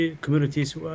communities